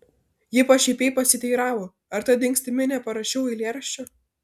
ji pašaipiai pasiteiravo ar ta dingstimi neparašiau eilėraščio